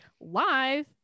live